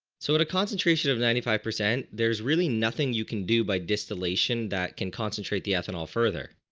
sort of concentration of ninety-five percent there's really nothing you can do by distillation that can concentrate the ethanol further.